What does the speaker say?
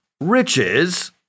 riches